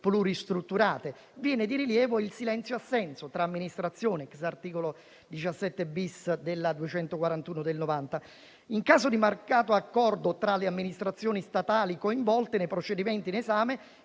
pluristrutturate, viene di rilievo il silenzio-assenso tra amministrazioni *ex* articolo 17-*bis* della legge n. 241 del 1990. In caso di mancato accordo tra le amministrazioni statali coinvolte nei procedimenti in esame,